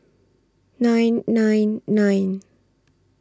nine nine nine